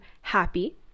happy